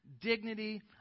dignity